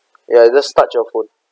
ya just touch your phone